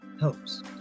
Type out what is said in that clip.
helps